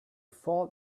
fall